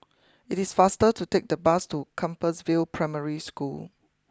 it is faster to take the bus to Compassvale Primary School